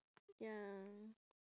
ya